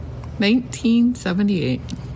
1978